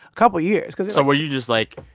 a couple years. because. so were you just like.